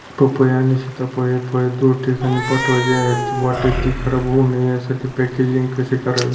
पपई आणि सीताफळ हि फळे दूर ठिकाणी पाठवायची आहेत, वाटेत ति खराब होऊ नये यासाठी पॅकेजिंग कसे करावे?